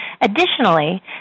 Additionally